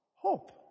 hope